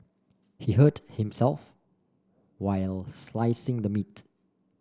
he hurt himself while slicing the meat